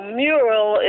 mural